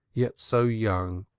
yet so young,